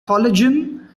collagen